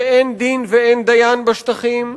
שאין דין ואין דיין בשטחים,